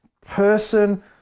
person